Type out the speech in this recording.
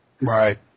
Right